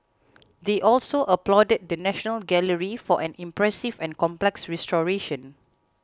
they also applauded the National Gallery for an impressive and complex restoration